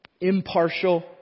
Impartial